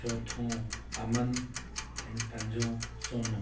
चोथों अमन ऐं पंजों सोनू